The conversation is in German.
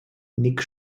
nick